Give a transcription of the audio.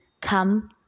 Come